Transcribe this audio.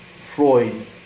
Freud